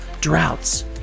droughts